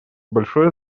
большое